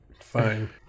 Fine